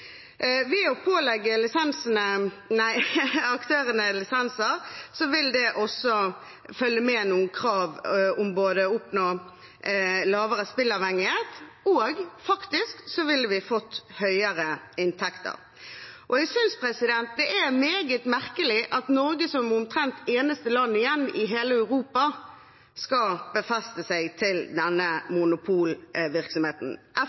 Ved å pålegge aktørene lisenser vil det også følge med noen krav om å oppnå lavere spilleavhengighet, og vi ville faktisk fått høyere inntekter. Jeg synes det er meget merkelig at Norge – som omtrent det eneste landet igjen i hele Europa – skal befeste seg til denne